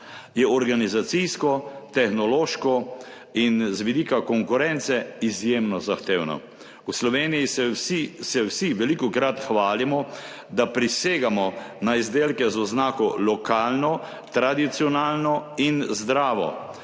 je organizacijsko, tehnološko in z vidika konkurence izjemno zahtevno. V Sloveniji se vsi velikokrat hvalimo, da prisegamo na izdelke z oznako lokalno, tradicionalno in zdravo.